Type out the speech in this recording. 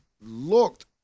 looked